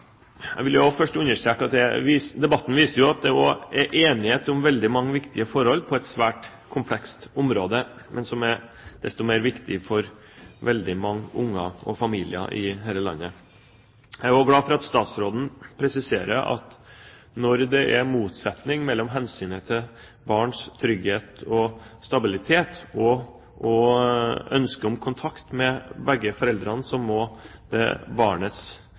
Jeg vil også først understreke at debatten viser at det er enighet om veldig mange viktige forhold, på et svært komplekst område, men som er desto mer viktig for veldig mange barn og familier i dette landet. Jeg er også glad for at statsråden presiserer at når det er motsetning mellom hensynet til barns trygghet og stabilitet og ønsket om kontakt med begge foreldre, må barnets behov gå foran. Så sies det, når man argumenterer for delt bosted som hovedregel, at det